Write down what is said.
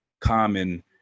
common